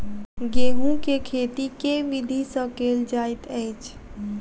गेंहूँ केँ खेती केँ विधि सँ केल जाइत अछि?